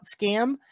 scam